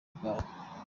bwabo